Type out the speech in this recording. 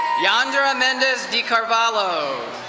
yanderra mendez de carvallo.